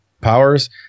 powers